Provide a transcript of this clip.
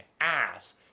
ass